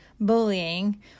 bullying